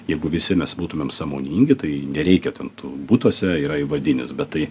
jeigu visi mes būtumėm sąmoningi tai nereikia ten tų butuose yra įvadinis bet tai